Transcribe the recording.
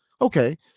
okay